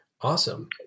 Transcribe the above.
Awesome